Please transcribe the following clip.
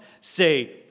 say